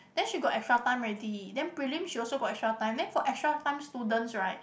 then she got extra time already then prelim she also got extra time then for extra time students right